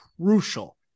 crucial